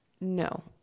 No